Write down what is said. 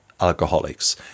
alcoholics